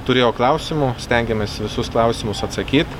turėjo klausimų stengėmės į visus klausimus atsakyt